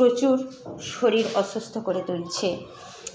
প্রচুর শরীর অসুস্থ করে তুলছে